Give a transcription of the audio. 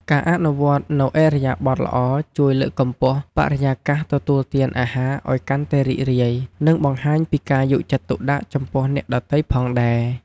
ការអនុវត្តនូវឥរិយាបថល្អជួយលើកកម្ពស់បរិយាកាសទទួលទានអាហារឱ្យកាន់តែរីករាយ និងបង្ហាញពីការយកចិត្តទុកដាក់ចំពោះអ្នកដទៃផងដែរ។